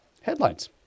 Headlines